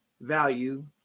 value